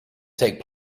take